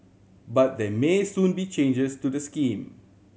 but there may soon be changes to the scheme